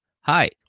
hi